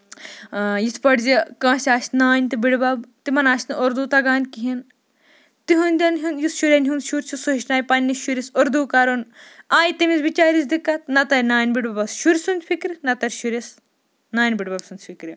یِتھ پٲٹھۍ زِ کٲنسہِ آسہِ نانۍ تہٕ بٕڈبب تِمن آسہِ نہ اردوٗ تَگان کِہینۍ تِہندین یُس شُرین ہُند شُر چھُ سُہ ہٮ۪چھنایہِ پَنٕنہِ شُرِس اردوٗ کرُن آیہِ تٔمِس بِچٲرِس دِکت نہ تہٕ آیہِ نانہِ بٕڈبَبس شُرۍ سُند فِکِر نہ تہٕ آسہِ شُرس نانہِ بٕڈبب سٕنز فِکِر